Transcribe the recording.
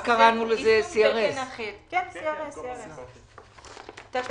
אז קראנו לזה CRS. כן, CRS. "תקנות מס